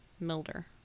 Milder